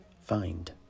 find